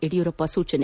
ಯಡಿಯೂರಪ್ಪ ಸೂಚನೆ